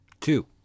Two